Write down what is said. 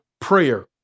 prayer